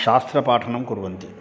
शास्त्रपाठनं कुर्वन्ति